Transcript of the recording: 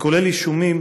וכולל אישומים